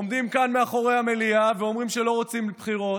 עומדים כאן מאחורי המליאה ואומרים שלא רוצים בחירות,